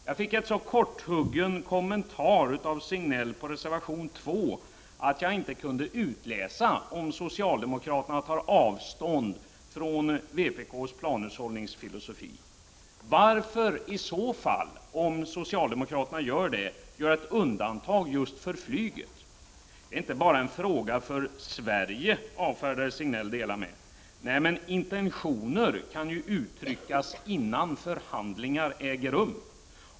Jag fick en så korthuggen kommentar av Sven-Gösta Signell till reservation 2 att jag inte kunde utläsa om socialdemokraterna tar avstånd från vpk:s planhushållningsfilosofi. Om socialdemokraterna gör det, varför i så fall göra ett undantag just för flyget? Det är inte bara en fråga för Sverige, avfärdar Sven-Gösta Signell det hela med. Nej, men intentioner kan uttryckas innan förhandlingar äger rum.